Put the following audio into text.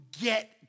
get